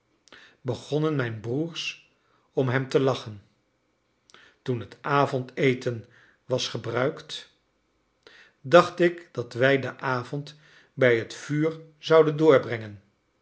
begonnen mijn broers om hem te lachen toen het avondeten was gebruikt dacht ik dat wij den avond bij het vuur zouden doorbrengen